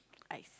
ice